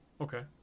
okay